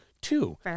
Two